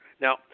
now